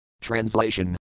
Translation